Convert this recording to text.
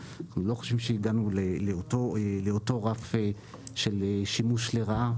אני לא חושב שהגענו לאותו רף של שימוש לרעה,